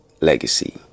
Legacy